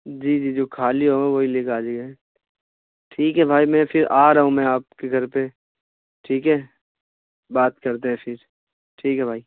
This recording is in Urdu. جی جی جو خالی ہوگا وہی لے کے آ جائیے ٹھیک ہے بھائی میں پھر آ رہا ہوں میں آپ کے گھر پہ ٹھیک ہے بات کرتے ہیں پھر ٹھیک ہے بھائی